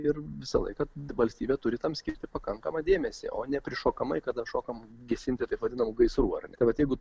ir visąlaik kad valstybė turi tam skirti pakankamą dėmesį o ne prišokamai kada šokome gesinti taip vadinamų gaisrų ar kad jeigu